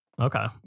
Okay